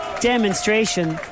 demonstration